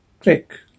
click